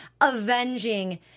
avenging